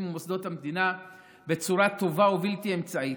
ומוסדות המדינה בצורה טובה ובלתי אמצעית,